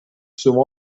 some